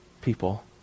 people